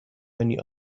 many